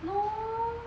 no